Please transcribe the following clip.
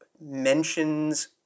mentions